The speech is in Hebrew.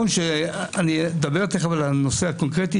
אני אדבר עוד מעט על הנושא הקונקרטי,